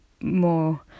more